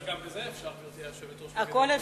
גם בזה אפשר, גברתי היושבת-ראש, הכול אפשר.